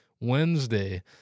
Wednesday